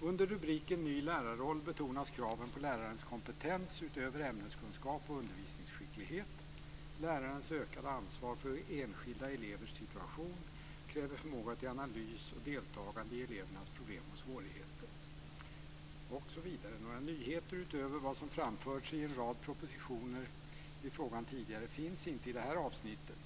Under rubriken ny lärarroll betonas kraven på lärarens kompetens utöver ämneskunskap och undervisningsskicklighet. Lärarens ökade ansvar för enskilda elevers situation kräver förmåga till analys och deltagande i elevernas problem och svårigheter. Några nyheter utöver vad som har framförts i en rad tidigare propositioner i frågan finns inte i det här avsnittet.